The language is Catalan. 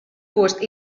gust